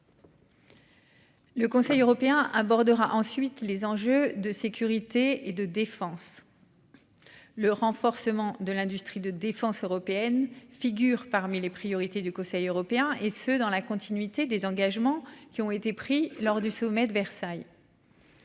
Le Conseil européen abordera ensuite les enjeux de sécurité et de défense. Le renforcement de l'industrie de défense européenne figure parmi les priorités du Conseil européen et ce dans la continuité des engagements qui ont été pris lors du sommet de Versailles.--